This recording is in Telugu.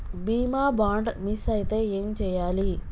బీమా బాండ్ మిస్ అయితే ఏం చేయాలి?